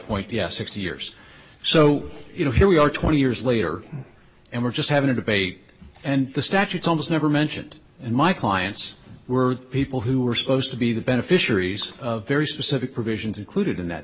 point yes sixty years so you know here we are twenty years later and we're just having a debate and the statutes almost never mentioned and my clients were people who were supposed to be the beneficiaries of very specific provisions included in that